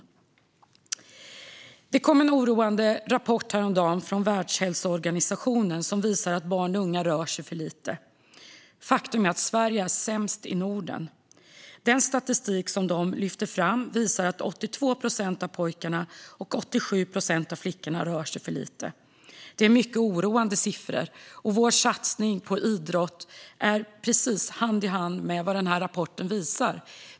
Häromdagen kom en oroande rapport från Världshälsoorganisationen som visar att barn och unga rör sig för lite. Faktum är att Sverige är sämst i Norden. Den statistik som Världshälsoorganisationen lyfter fram visar att 82 procent av pojkarna och 87 procent av flickorna rör sig för lite. Det är mycket oroande siffror, och vår satsning på idrott går hand i hand med vad denna rapport visar.